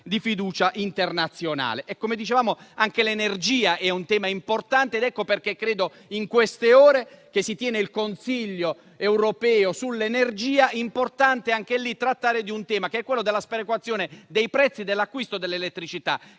di fiducia internazionale. Come dicevamo, anche l'energia è un tema importante. In queste ore si tiene il Consiglio europeo sull'energia ed è importante, anche lì, trattare di un tema, quello della sperequazione dei prezzi dell'acquisto dell'elettricità,